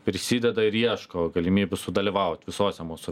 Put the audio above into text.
prisideda ir ieško galimybių sudalyvaut visose mūsų